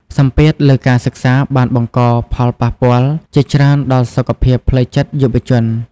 សម្ពាធលើការសិក្សាបានបង្កផលប៉ះពាល់ជាច្រើនដល់សុខភាពផ្លូវចិត្តយុវជន។